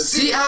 See